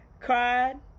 cried